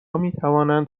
میتوانند